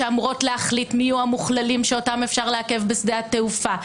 שאמורות להחליט מי יהיו המוכללים שאותם אפשר לעכב בשדה התעופה,